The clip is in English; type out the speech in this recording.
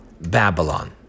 Babylon